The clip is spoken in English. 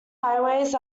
highways